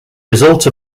result